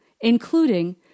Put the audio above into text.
including